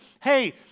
hey